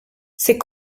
c’est